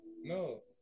No